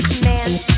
man